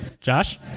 Josh